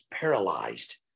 paralyzed